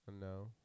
No